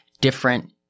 different